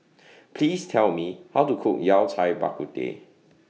Please Tell Me How to Cook Yao Cai Bak Kut Teh